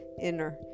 inner